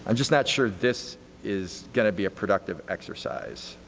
and just not sure this is going to be a productive exercise.